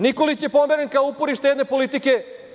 Nikolić je pomeren kao uporište jedne politike.